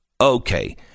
okay